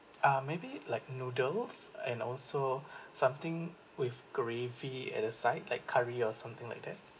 uh maybe like noodles and also something with gravy at the side like curry or something like that